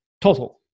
total